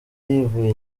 yivuye